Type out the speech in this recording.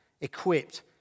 Equipped